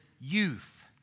youth